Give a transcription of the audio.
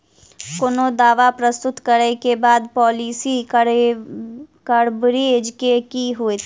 कोनो दावा प्रस्तुत करै केँ बाद पॉलिसी कवरेज केँ की होइत?